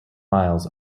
miles